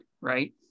right